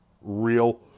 real